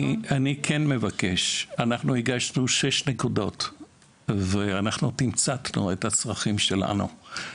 אני מבקש אנחנו הגשנו שש נקודות ותמצתנו את הצרכים שלנו.